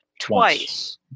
twice